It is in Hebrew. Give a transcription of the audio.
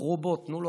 בחרו בו, תנו לו